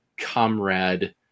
comrade